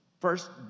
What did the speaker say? first